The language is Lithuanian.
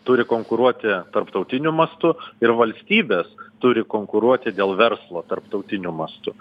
turi konkuruoti tarptautiniu mastu ir valstybės turi konkuruoti dėl verslo tarptautiniu mastu